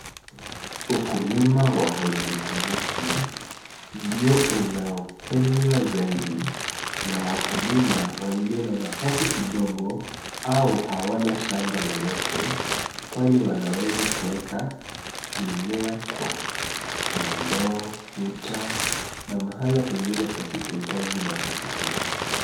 Ukulima wa haidroponiki ndio unaopendwa zaidi na wakulima walio na nafasi kidogo au hawana shamba lolote; kwani wanaweza kuweka mimea kwa mandoo, kuta na mahala pengine pasipohitaji nafasi kubwa.